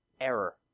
error